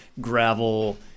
gravel –